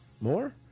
more